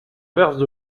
verse